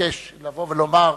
מתעקש לבוא ולומר,